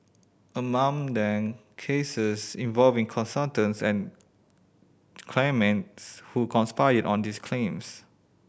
among them cases involving consultants and claimants who conspired on these claims